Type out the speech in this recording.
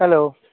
hello